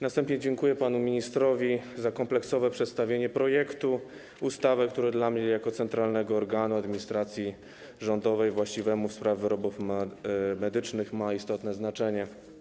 Na wstępie dziękuję panu ministrowi za kompleksowe przedstawienie projektu ustawy, który dla mnie jako przedstawiciela centralnego organu administracji rządowej właściwego w sprawie wyrobów medycznych ma istotne znaczenie.